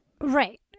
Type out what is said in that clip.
Right